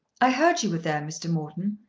i heard you were there, mr. morton,